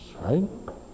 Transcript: right